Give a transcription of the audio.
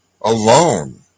alone